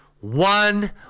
one